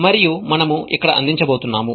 మరియు మనము ఇక్కడ అందించబోతున్నాం